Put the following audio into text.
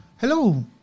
hello